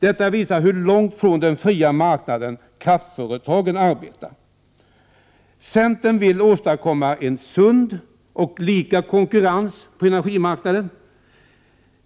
Detta visar hur långt från den fria marknaden som kraftföretagen arbetar. Vi i centern vill åstadkomma en sund och lika konkurrens på energimarknaden.